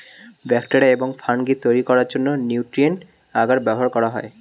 bacteria এবং fungi তৈরি করার জন্য নিউট্রিয়েন্ট আগার ব্যবহার করা হয়